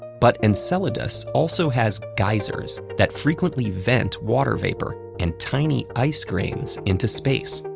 but enceladus also has geysers that frequently vent water vapor and tiny ice grains into space.